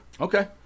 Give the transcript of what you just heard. Okay